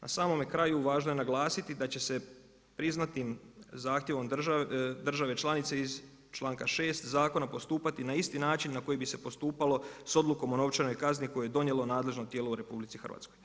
Na samome kraju važno je naglasiti da će se priznatim zahtjevom države članice iz članka 6. zakona postupati na isti način na koji bi se postupalo s odlukom o novčanoj kazni koju je donijelo nadležno tijelo u RH.